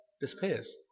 Disappears